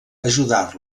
ajudar